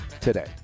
today